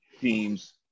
teams